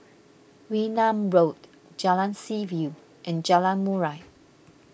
Wee Nam Road Jalan Seaview and Jalan Murai